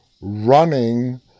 running